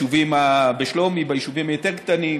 בשלומי, ביישובים יותר קטנים